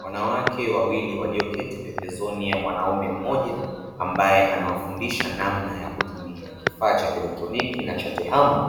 Wanawake wawili walioketi pembezoni ya mwanaume mmoja ambaye anawafundisha namna ya kutumia kifaa cha kielektroniki na TEHAMA